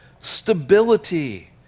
Stability